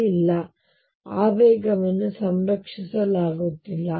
ಆದ್ದರಿಂದ ಆವೇಗವನ್ನು ಸಂರಕ್ಷಿಸಲಾಗಿಲ್ಲ